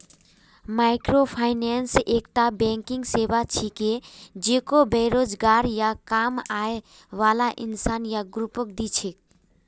microfinance एकता banking सेवा छिके जेको बेरोजगार या कम आय बाला इंसान या ग्रुपक दी छेक